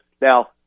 Now